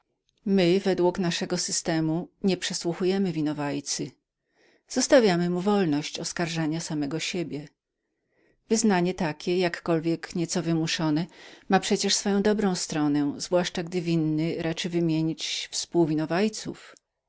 my według naszego systemu zostawiamy winowajcy wolność oskarżania samego siebie wyznanie to jakkolwiek nieco wymuszone ma przecież swoją dobrą stronę zwłaszcza gdy winny raczy wymienić